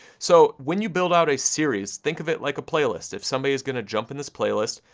so when you build out a series, think of it like a playlist. if somebody is gonna jump in this playlist,